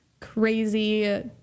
crazy